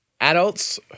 Adults